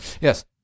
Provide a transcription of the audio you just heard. Yes